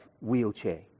wheelchair